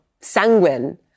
sanguine